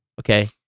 okay